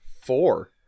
four